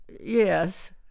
Yes